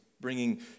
bringing